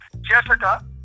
Jessica